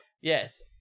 Yes